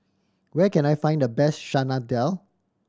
where can I find the best Chana Dal